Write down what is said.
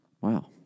Wow